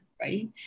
right